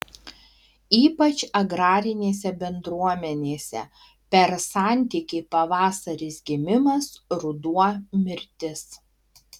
ypač agrarinėse bendruomenėse per santykį pavasaris gimimas ruduo mirtis